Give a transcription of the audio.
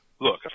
Look